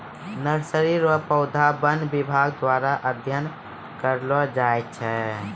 nursery रो पौधा वन विभाग द्वारा अध्ययन करलो जाय छै